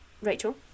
Rachel